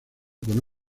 con